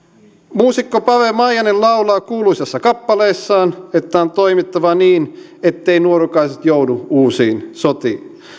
muusikko pave maijanen laulaa kuuluisassa kappaleessaan että on toimittava niin ettei nuorukaiset joudu uusiin sotiin